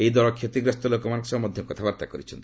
ଏହି ଦଳ କ୍ଷତିଗ୍ରସ୍ତ ଲୋକମାନଙ୍କ ସହ ମଧ୍ୟ କଥାବାର୍ତ୍ତା କରିଛନ୍ତି